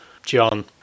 john